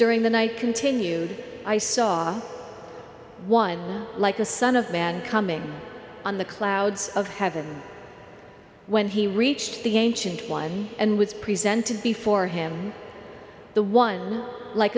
during the night continued i saw one like the son of man coming on the clouds of heaven when he reached the ancient one and was presented before him the one like